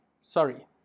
sorry